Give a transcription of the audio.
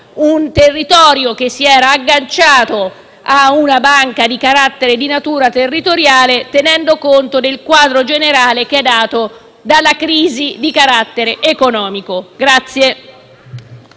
un territorio che si era agganciato a una banca di natura territoriale, tenendo conto del quadro generale dato dalla crisi di carattere economico.